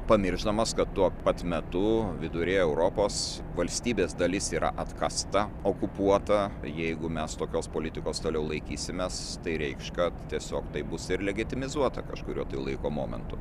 pamiršdamos kad tuo pat metu vidury europos valstybės dalis yra atkąsta okupuota jeigu mes tokios politikos toliau laikysimės tai reikš kad tiesiog tai bus ir legitimizuota kažkurio laiko momentu